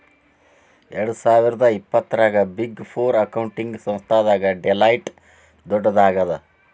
ಎರ್ಡ್ಸಾವಿರ್ದಾ ಇಪ್ಪತ್ತರಾಗ big four accounting ಸಂಸ್ಥಾದಾಗ ಡೆಲಾಯ್ಟ್ ದೊಡ್ಡದಾಗದ